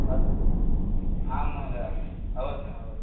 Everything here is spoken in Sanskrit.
अस्तु आं महोदय आम् अवश्यमवशयं